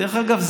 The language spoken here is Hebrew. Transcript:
דרך אגב,